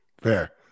Fair